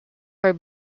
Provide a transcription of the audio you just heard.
for